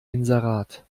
inserat